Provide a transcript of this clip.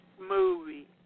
movie